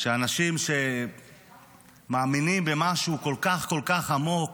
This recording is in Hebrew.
שאנשים שמאמינים במשהו כל כך כל כך עמוק,